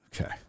okay